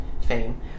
fame